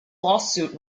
lawsuit